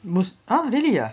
!huh! really ah